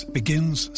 begins